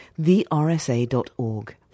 thersa.org